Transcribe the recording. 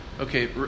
Okay